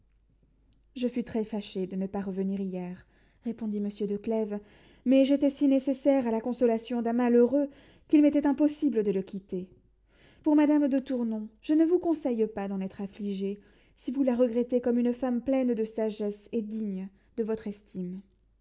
je fus très fâché de ne pas revenir hier répondit monsieur de clèves mais j'étais si nécessaire à la consolation d'un malheureux qu'il m'était impossible de le quitter pour madame de tournon je ne vous conseille pas d'en être affligée si vous la regrettez comme une femme pleine de sagesse et digne de votre estime